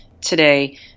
today